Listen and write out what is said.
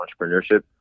entrepreneurship